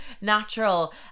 natural